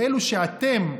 לאלו שאתם,